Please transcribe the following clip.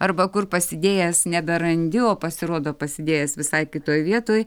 arba kur pasidėjęs neberandi o pasirodo pasidėjęs visai kitoj vietoj